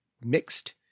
mixed